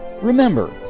Remember